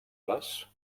les